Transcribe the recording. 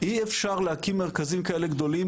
אי אפשר להקים מרכזים כאלה גדולים,